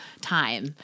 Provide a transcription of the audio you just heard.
time